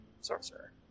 sorcerer